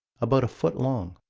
about a foot long.